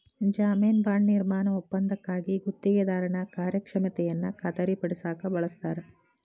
ಜಾಮೇನು ಬಾಂಡ್ ನಿರ್ಮಾಣ ಒಪ್ಪಂದಕ್ಕಾಗಿ ಗುತ್ತಿಗೆದಾರನ ಕಾರ್ಯಕ್ಷಮತೆಯನ್ನ ಖಾತರಿಪಡಸಕ ಬಳಸ್ತಾರ